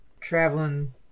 traveling